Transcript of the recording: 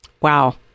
Wow